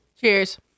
cheers